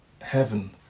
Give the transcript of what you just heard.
heaven